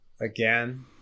again